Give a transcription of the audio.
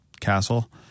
Castle